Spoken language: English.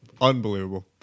Unbelievable